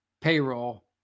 payroll